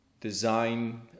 design